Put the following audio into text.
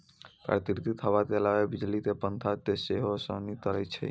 प्राकृतिक हवा के अलावे बिजली के पंखा से सेहो ओसौनी कैल जाइ छै